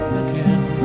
again